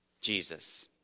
Jesus